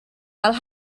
fel